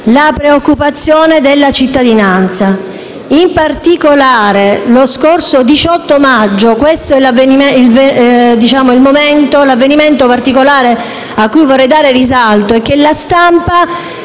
la preoccupazione della cittadinanza. In particolare, lo scorso 18 maggio - è questo l'avvenimento particolare a cui vorrei dare risalto, che la stampa,